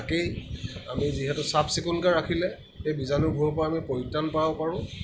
ঠাকেই আমি যিহেতু চাফ চিকুণকৈ ৰাখিলে এই বীজাণুবোৰৰ পৰা আমি পৰিত্ৰাণ পাব পাৰোঁ